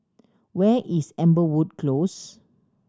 where is Amberwood Close